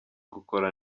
gukora